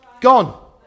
gone